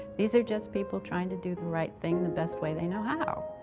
these are just people trying to do the right thing the best way they know how.